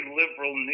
liberal